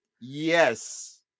Yes